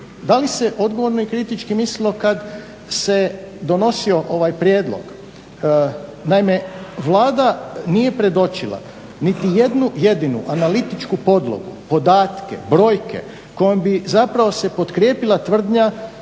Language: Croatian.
da li se odgovorno i kritički mislilo kad se donosio ovaj prijedlog. Naime, Vlada nije predočila niti jednu jedinu analitičku podlogu, podatke, brojke kojom bi zapravo se potkrijepila tvrdnja,